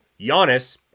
Giannis